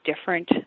different